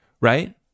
right